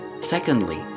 Secondly